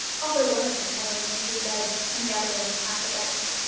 although one of them had only three legs, and the other only half a back.